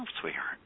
sweetheart